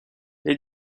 les